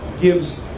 gives